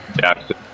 Jackson